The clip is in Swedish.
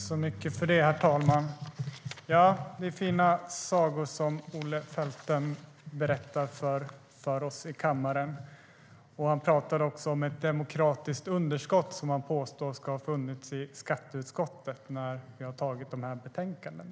Herr talman! Det är fina sagor Olle Felten berättar för oss i kammaren. Han talar också om ett demokratiskt underskott som han påstår ska ha funnits i skatteutskottet när vi tagit fram dessa betänkanden.